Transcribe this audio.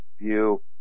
view